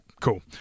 cool